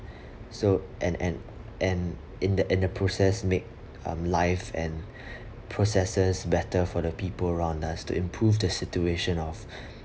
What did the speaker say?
so and and and in the in the process made um life and processes better for the people around us to improve the situation of